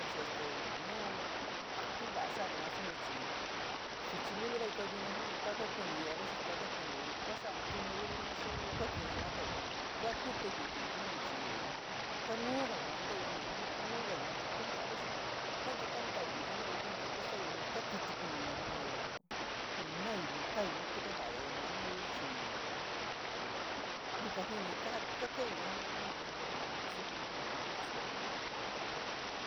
A chii este nuu tuu va’a sa’a yua suni chii suchi luli vaikoyo vina jenaii tua ka kuniíí a veces tua ka kuniii kua sa’a in tiñu luli yua xii, kua kiii yua ka’ayo kuni tua jitoii kiki’i jenaii chii kanuga yua teii nuu jena’a kanuga yua te kuenta a veces kuenta kaa taii jenaii, kuenta kasaii ka kítí iniíí nu naii, nu taii nutu kajade yua nui chii ni kajini kaja ka keii yua jenai sus mani yua na kaa kunii ku sífíi jenaii ya yua kasaii.